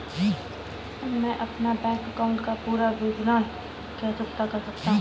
मैं अपने bank account का पूरा विवरण कैसे पता कर सकता हूँ?